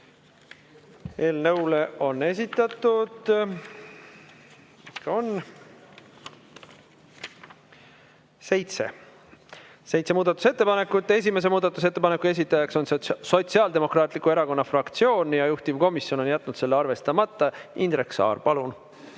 Eelnõu kohta on esitatud seitse muudatusettepanekut. Esimese muudatusettepaneku esitaja on Sotsiaaldemokraatliku Erakonna fraktsioon ja juhtivkomisjon on jätnud selle arvestamata. Indrek Saar, palun!